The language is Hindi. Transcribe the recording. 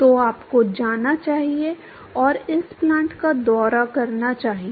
तो आपको जाना चाहिए और इस पलांट का दौरा करना चाहिए